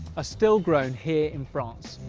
still grown here in france.